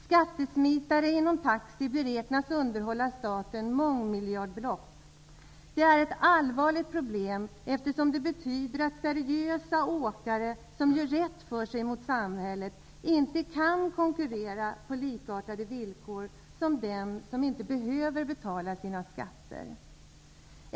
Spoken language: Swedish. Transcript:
Skattesmitare inom taxi beräknas undanhålla staten mångmiljardbelopp. Det är ett allvarligt problem, eftersom det betyder att seriösa åkare, som gör rätt för sig mot samhället, inte kan konkurrera på likartade villkor med den som inte behöver betala sina skatter.